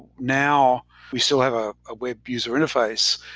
now we still have a ah web user interface.